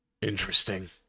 Interesting